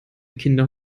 kinder